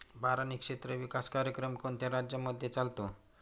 बारानी क्षेत्र विकास कार्यक्रम कोणत्या राज्यांमध्ये चालतो?